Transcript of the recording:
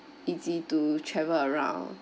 easy to travel around